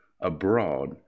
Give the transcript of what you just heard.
abroad